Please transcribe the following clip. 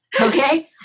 Okay